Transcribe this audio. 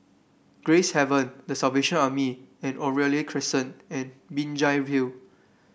Gracehaven The Salvation Army and Oriole Crescent and Binjai Hill